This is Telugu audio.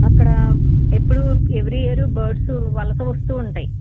అక్కడ ఎప్పుడు ఎవ్రీ ఇయరు బర్డ్స్ వలస వస్తూవుంటాయి